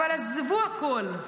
אבל עזבו הכול.